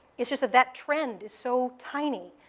it's just that that trend is so tiny.